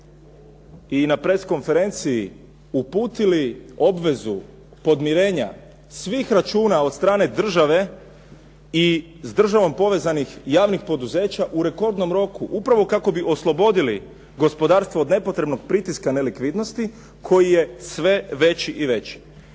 i na press konferenciji uputili obvezu podmirenja svih računa od strane države i s državom povezanih javnih poduzeća u rekordnom roku, upravo kako bi oslobodili gospodarstvo od nepotrebnog pritiska nelikvidnosti koji je sve veći i veći.